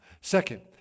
Second